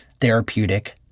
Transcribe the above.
therapeutic